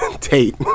Tate